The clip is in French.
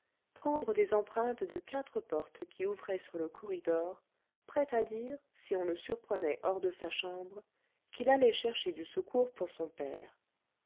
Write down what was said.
prendre des empreintes de quatre portes qui ouvraient sur le corridor prêt à dire si on le surprenait hors de sa chambre qu'il allait chercher du secours pour son père